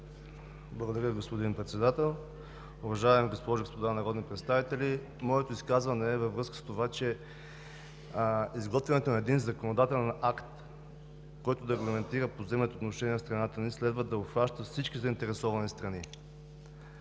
Благодаря, господин Председател. Уважаеми госпожи и господа народни представители! Моето изказване е във връзка с това, че изготвянето на един законодателен акт, който да аргументира поземлените отношения в страната ни, следва да обхваща всички заинтересовани страни.